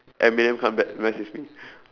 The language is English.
eminem comeback message me